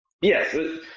Yes